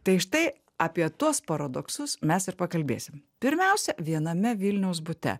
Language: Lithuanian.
tai štai apie tuos paradoksus mes ir pakalbėsime pirmiausia viename vilniaus bute